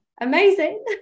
Amazing